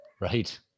Right